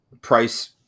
price